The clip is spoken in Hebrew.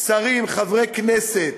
שרים, חברי כנסת,